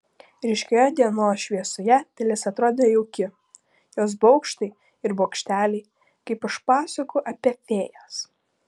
ryškioje dienos šviesoje pilis atrodė jauki jos bokštai ir bokšteliai kaip iš pasakų apie fėjas